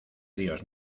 dios